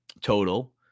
total